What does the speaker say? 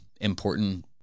important